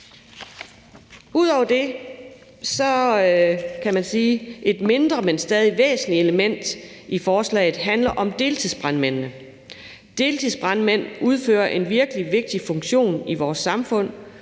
Ud over det er der et mindre, men stadig væk væsentligt element i forslaget, som handler om deltidsbrandmændene. Deltidsbrandmænd udfører en virkelig vigtig funktion i vores samfund,